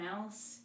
else